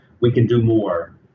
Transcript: we-can-do-more